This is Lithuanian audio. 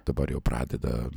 dabar jau pradeda